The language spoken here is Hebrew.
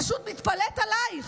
פשוט מתפלאת עלייך.